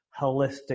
holistic